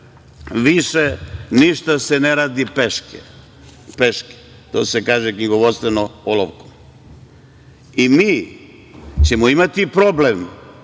više ništa se ne radi peške, to se kaže knjigovodstvenom olovkom, i mi ćemo imati problem